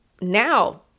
now